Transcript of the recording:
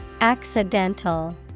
Accidental